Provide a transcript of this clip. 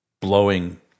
blowing